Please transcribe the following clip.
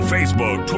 Facebook